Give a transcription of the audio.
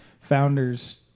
founders